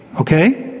Okay